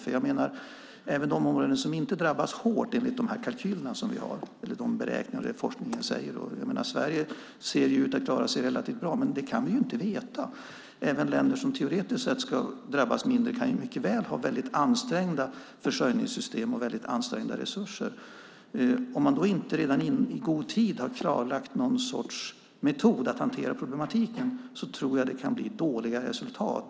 Det gäller även de områden som inte drabbas hårt enligt de kalkyler eller beräkningar som vi har och enligt det forskningen säger. Sverige ser ut att klara sig relativt bra, men det kan vi inte veta. Även länder som teoretiskt sett ska drabbas mindre kan mycket väl ha väldigt ansträngda försörjningssystem och väldigt ansträngda resurser. Om man då inte i god tid har klarlagt någon sorts metod för att hantera problematiken tror jag att det kan bli dåliga resultat.